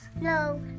No